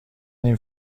این